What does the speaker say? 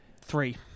Three